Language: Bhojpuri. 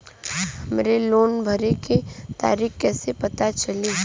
हमरे लोन भरे के तारीख कईसे पता चली?